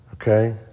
Okay